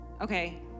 Okay